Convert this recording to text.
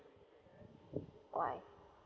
why